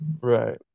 Right